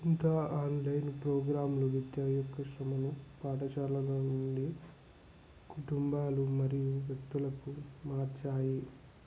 ఇంకా ఆన్లైన్ ప్రోగ్రామ్లు విద్య యొక్క శ్రమను పాఠశాలలో ఉండే కుటుంబాలు మరియు వ్యక్తులను మార్చాయి